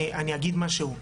אני אגיד משהו,